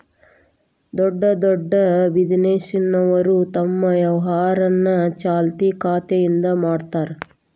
ದೊಡ್ಡ್ ದೊಡ್ಡ್ ಬಿಸಿನೆಸ್ನೋರು ತಮ್ ವ್ಯವಹಾರನ ಚಾಲ್ತಿ ಖಾತೆಯಿಂದ ಮಾಡ್ತಾರಾ